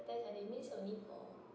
then at the mid seventy four